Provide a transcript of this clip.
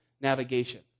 navigation